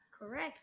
Correct